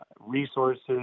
resources